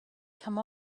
come